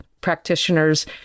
practitioners